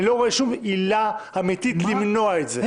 אני לא רואה שום עילה אמיתית למנוע את זה.